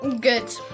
good